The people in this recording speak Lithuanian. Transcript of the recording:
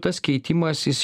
tas keitimasis